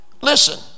listen